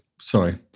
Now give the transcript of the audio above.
Sorry